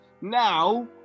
now